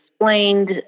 explained